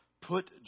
put